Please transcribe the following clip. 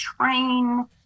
train